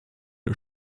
der